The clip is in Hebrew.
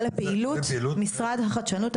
זה לפעילות משרד החדשנות,